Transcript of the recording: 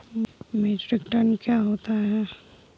Metric ton क्या होता है?